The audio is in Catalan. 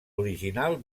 original